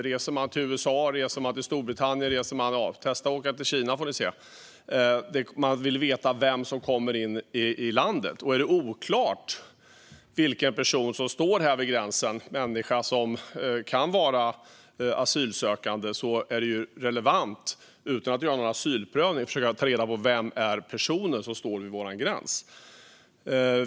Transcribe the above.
Reser man till USA, till Storbritannien, eller testa att åka till Kina, så får ni se, vill de veta vem som kommer in i landet. Är det oklart vilken person som står vid gränsen, en människa som kan vara asylsökande, är det relevant, utan att göra någon asylprövning, att ta reda på vem personen är som står vid vår gräns.